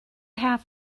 half